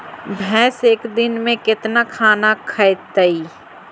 भैंस एक दिन में केतना खाना खैतई?